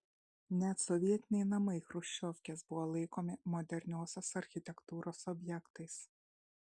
net sovietiniai namai chruščiovkės buvo laikomi moderniosios architektūros objektais